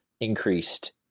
increased